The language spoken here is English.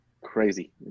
crazy